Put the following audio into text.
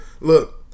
look